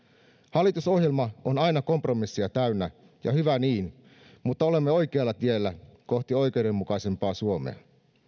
hallitusohjelma on aina kompromisseja täynnä ja hyvä niin mutta olemme oikealla tiellä kohti oikeudenmukaisempaa suomea